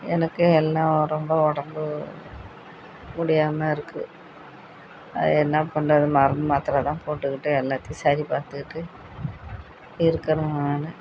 எனக்கும் எல்லாம் உடம்பும் உடம்பு முடியாமல் இருக்குது அது என்ன பண்ணுறது மருந்து மாத்திரைதான் போட்டுக்கிட்டு எல்லாத்தையும் சரி பார்த்துக்கிட்டு இருக்கிறேன் நான்